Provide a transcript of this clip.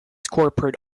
corporate